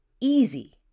easy